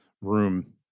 room